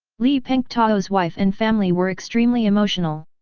li pengtao's wife and family were extremely emotional.